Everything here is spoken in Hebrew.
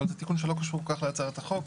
אבל זה תיקון שלא קשור כל כך להצעת החוק,